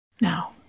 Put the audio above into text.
Now